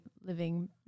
living